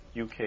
UK